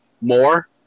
more